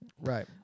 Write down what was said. Right